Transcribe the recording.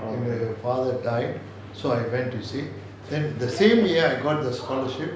and their father died so I went to see then the same year I got the scholarship